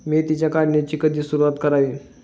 मेथीच्या काढणीची कधी सुरूवात करावी?